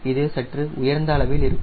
இது சற்று உயர்ந்த அளவில் இருக்கும்